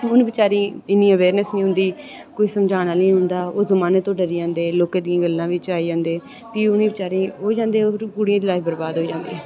उ'नें बचारियें गी इन्नी अवेअरनैस्स नेईं होंदी कोई समझाना आह्ला नेई होंदा ओह् जमान्ने तू डरी जंदे लोकें दी गल्ला बिच आई जंदे फ्ही उ'नें गी बचैरे गी ब्याही दिंदे ते कुड़ियें दी लाइफ बर्बाद होई जंदी